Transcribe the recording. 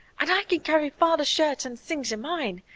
and i can carry father's shirts and things in mine.